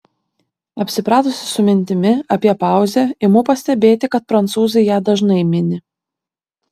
apsipratusi su mintimi apie pauzę imu pastebėti kad prancūzai ją dažnai mini